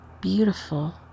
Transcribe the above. beautiful